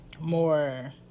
more